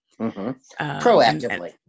Proactively